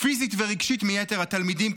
פיזית ורגשית מיתר התלמידים,